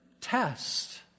test